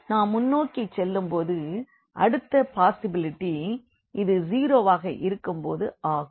நாம் முன்னோக்கி செல்லும் போது அடுத்த பாசிபிலிட்டி இது 0 வாக இருக்கும் போது ஆகும்